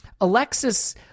Alexis